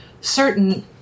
certain